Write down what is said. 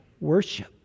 worship